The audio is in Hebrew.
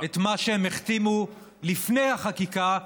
את מה שהם החתימו עליהם לפני החקיקה,